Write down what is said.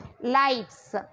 lights